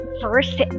first